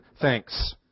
thanks